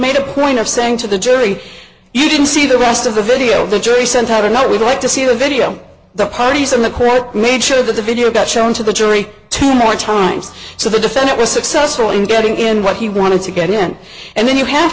made a point of saying to the jury you didn't see the rest of the video the jury sentai would not we'd like to see the video the parties in the crowd made sure that the video got shown to the jury two more times so the defendant was successful in getting in what he wanted to get in and then you have